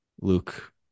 Luke